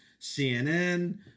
CNN